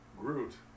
Groot